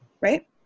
Right